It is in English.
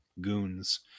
goons